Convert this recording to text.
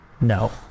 No